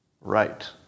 right